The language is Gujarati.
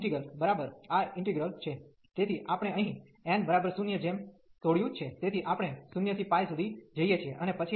તેથી આપણે અહીં n 0 જેમ તોડ્યું છે તેથી આપણે 0 થી સુધી જઈએ છીએ